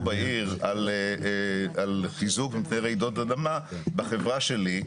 בעיר על חיזוק מפני רעידות אדמה בחברה שלי.